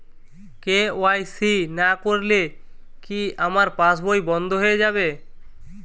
KYC না করলে কি আমার পাশ বই বন্ধ হয়ে যাবে?